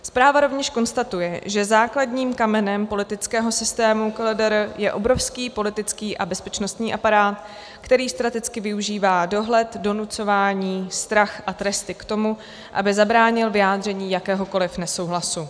Zpráva rovněž konstatuje, že základním kamenem politického systému KLDR je obrovský politický a bezpečnostní aparát, který strategicky využívá dohled, donucování, strach a tresty k tomu, aby zabránil vyjádření jakéhokoliv nesouhlasu.